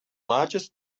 largest